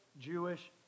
Jewish